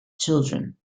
children